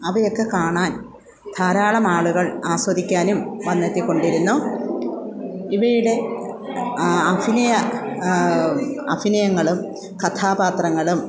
അവയൊക്കെ കാണാൻ ധാരാളമാളുകൾ ആസ്വദിക്കാനും വന്നെത്തിക്കൊണ്ടിരുന്നു ഇവയുടെ അഭിനയ അഭിനയങ്ങളും കഥാപാത്രങ്ങളും